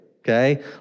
okay